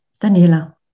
Daniela